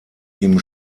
ihm